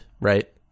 right